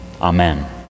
Amen